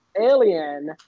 Alien